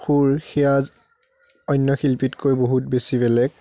সুৰ সেয়া অন্য শিল্পীতকৈ বহুত বেছি বেলেগ